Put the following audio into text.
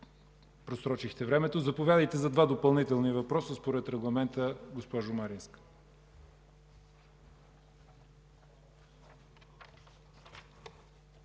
просрочихте времето. Заповядайте за два допълнителни въпроса според регламента, госпожо Маринска.